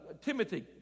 Timothy